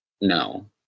No